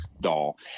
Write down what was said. doll